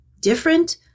different